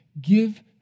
give